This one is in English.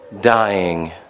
dying